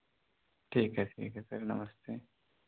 ठीक है ठीक है सर नमस्ते